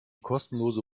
kostenlose